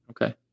Okay